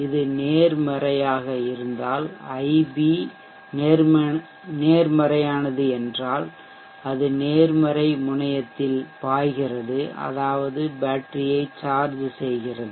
அது நேர்மறையாக இருந்தால் ib நேர்மறையானது என்றால் அது நேர்மறை முனையத்தில் பாய்கிறது அதாவது பேட்டரியை சார்ஜ் செய்கிறது